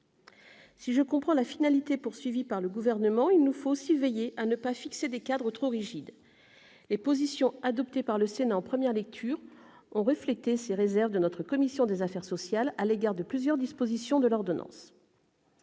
Si je comprends la finalité poursuivie par le Gouvernement, il nous faut aussi veiller à ne pas fixer des cadres trop rigides. Les positions adoptées par le Sénat en première lecture ont reflété ces réserves de notre commission des affaires sociales à l'égard de plusieurs dispositions de l'ordonnance.